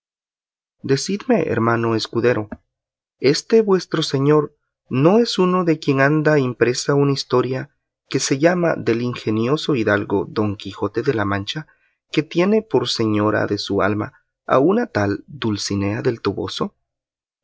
decidme hermano escudero este vuestro señor no es uno de quien anda impresa una historia que se llama del ingenioso hidalgo don quijote de la mancha que tiene por señora de su alma a una tal dulcinea del toboso